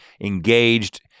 engaged